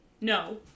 No